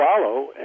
follow